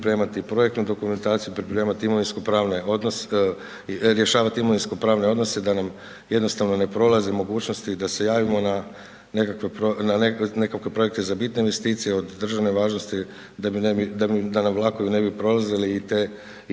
pripremati projektnu dokumentaciju, pripremati imovinsko-pravne odnose, rješavati imovinsko-pravne odnose da nam jednostavno ne prolaze mogućnosti da se javimo na nekakve projekte za bitne investicije, od državne važnosti, da nam vlakovi ne bi prolazili i ti